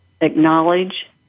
acknowledge